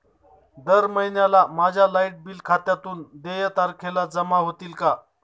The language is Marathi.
दर महिन्याला माझ्या लाइट बिल खात्यातून देय तारखेला जमा होतील का?